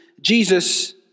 Jesus